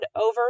over